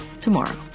tomorrow